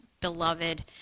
beloved